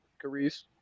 Caris